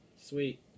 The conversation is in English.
Sweet